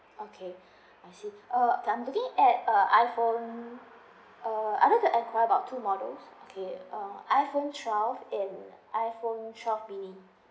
okay I see uh I'm looking at uh iphone I think I will enquire about two models okay iphone twelve and iphone twelve mini